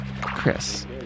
Chris